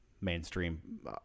mainstream